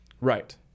Right